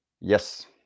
Yes